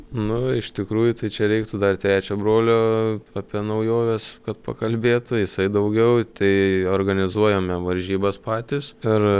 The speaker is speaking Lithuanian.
nu iš tikrųjų tai čia reiktų dar trečio brolio apie naujoves kad pakalbėtų jisai daugiau tai organizuojame varžybas patys ir